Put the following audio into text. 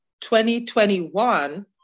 2021